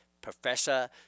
Professor